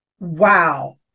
Wow